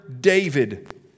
David